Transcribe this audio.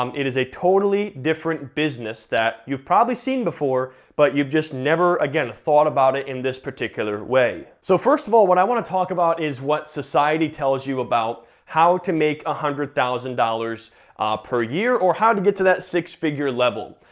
um it is a totally different business that you've probably seen before, but you've just never, again, thought about it in this particular way. so first of all, what i wanna talk about is what society tells you about how to make one hundred thousand dollars per year, or how to get to that six figure level.